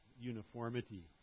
uniformity